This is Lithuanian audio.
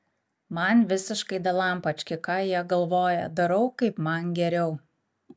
man visiškai dalampački ką jie galvoja darau kaip man geriau